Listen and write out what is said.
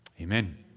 Amen